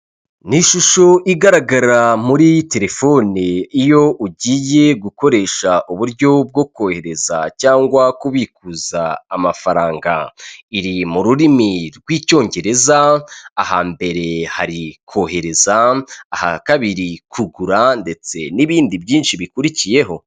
Ni ishusho igaragara muri telefone iyo ugiye gukoresha uburyo bwo kohereza cyangwa kubikuza amafaranga iri mu rurimi rw'icyongereza ahambere hari kohereza aha kabiri kugura ndetse n'ibindi byinshi bikurikiyeho